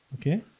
Okay